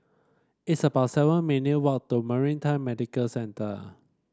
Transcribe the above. it's about seven minute walk to Maritime Medical Centre